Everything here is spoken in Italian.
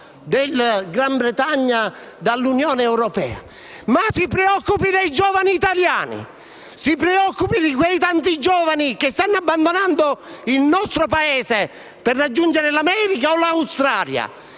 del Regno Unito dall'Unione europea. Ma si preoccupi invece dei giovani italiani. Si preoccupi di quei tanti giovani che stanno abbandonando il nostro Paese per raggiungere l'America o l'Australia.